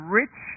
rich